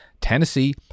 Tennessee